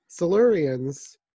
Silurians